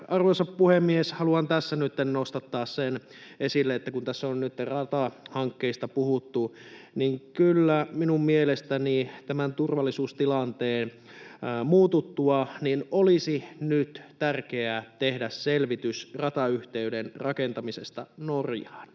Arvoisa puhemies! Haluan tässä nytten nostattaa sen esille, että kun tässä on ratahankkeista puhuttu, niin kyllä minun mielestäni tämän turvallisuustilanteen muututtua olisi nyt tärkeää tehdä selvitys ratayhteyden rakentamisesta Norjaan,